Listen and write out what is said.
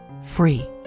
free